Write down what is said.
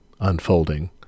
unfolding